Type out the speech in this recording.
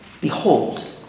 behold